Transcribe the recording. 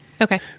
Okay